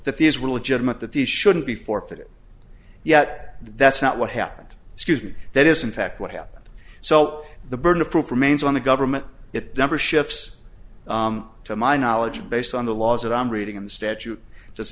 that these were legitimate that these shouldn't be forfeited yet that's not what happened excuse me that is in fact what happened so the burden of proof remains on the government it deborah ships to my knowledge based on the laws that i'm reading in the statute does